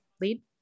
lead